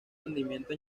rendimiento